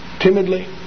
Timidly